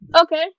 okay